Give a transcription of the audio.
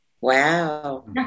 Wow